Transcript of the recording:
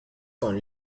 con